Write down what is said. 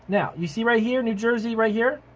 now, you see right here, new jersey right here.